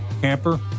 camper